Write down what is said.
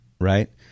Right